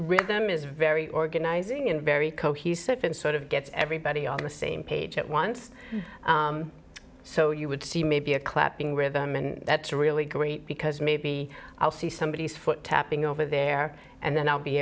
rhythm is very organizing and very cohesive and sort of gets everybody on the same page at once so you would see maybe a clapping rhythm and that's really great because maybe i'll see somebody is foot tapping over there and then i'll be